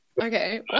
okay